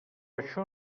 això